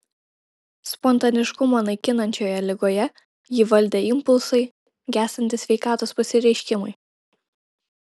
spontaniškumą naikinančioje ligoje jį valdė impulsai gęstantys sveikatos pasireiškimai